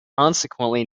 consequently